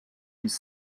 his